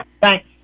thanks